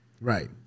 Right